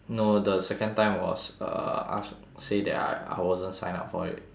no the second time was uh aft~ say that I I wasn't signed up for it